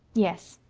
yes.